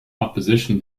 opposition